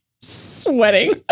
Sweating